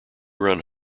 run